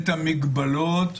את המגבלות,